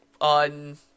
on